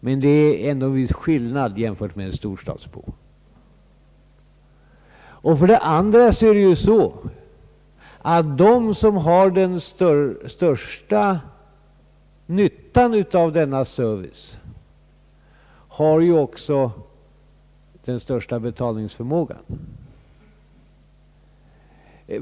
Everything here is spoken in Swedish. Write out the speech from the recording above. Men det är ändå en viss skillnad gentemot en storstadsbo. Vidare är det så, att de som har den största nyttan av denna service också har den största betalningsförmågan.